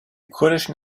kurdischen